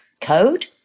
code